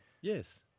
Yes